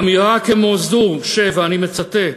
אמירה כמו זו, אני מצטט: